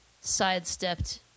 sidestepped